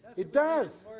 it does.